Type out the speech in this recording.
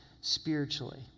spiritually